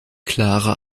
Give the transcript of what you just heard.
klare